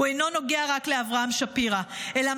הוא אינו נוגע רק לאברהם שפירא אלא